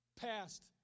past